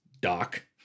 doc